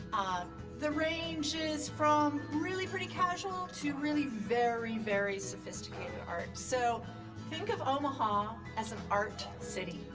the range is from really pretty casual to really very, very sophisticated art. so think of omaha as an art city.